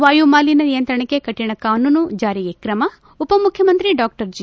ವಾಯು ಮಾಲೀನ್ಯ ನಿಯಂತ್ರಣಕ್ಕೆ ಕಠಿಣ ಕಾನೂನು ಜಾರಿಗೆ ಕ್ರಮ ಉಪಮುಖ್ಯಮಂತ್ರಿ ಡಾ ಜಿ